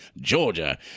Georgia